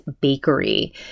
bakery